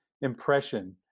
impression